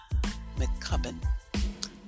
McCubbin